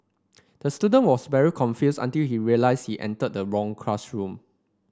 the student was very confused until he realised he entered the wrong classroom